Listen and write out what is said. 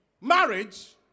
marriage